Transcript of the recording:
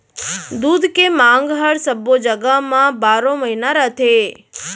दूद के मांग हर सब्बो जघा म बारो महिना रथे